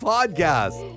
Podcast